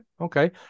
okay